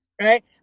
right